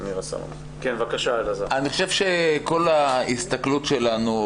אני חושב שכל ההסתכלות שלנו,